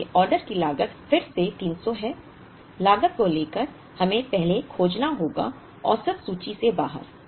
इसलिए ऑर्डर की लागत फिर से 300 है लागत को लेकर हमें पहले खोजना होगा औसत सूची से बाहर